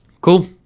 cool